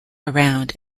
around